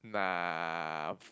nah